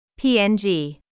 PNG